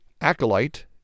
Acolyte